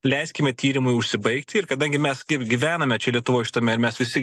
leiskime tyrimui užsibaigti ir kadangi mes kaip gyvename čia lietuvoj šitame mes visi